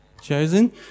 Chosen